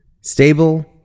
Stable